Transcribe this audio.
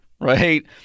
right